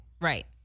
Right